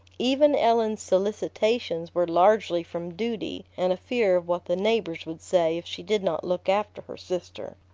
even ellen's solicitations were largely from duty and a fear of what the neighbors would say if she did not look after her sister.